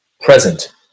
present